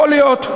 יכול להיות.